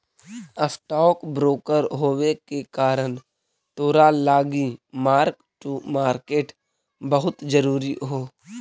stock broker होबे के कारण तोरा लागी मार्क टू मार्केट बहुत जरूरी हो